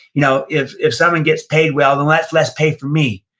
you know if if someone gets paid well, then that's less pay for me,